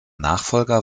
nachfolger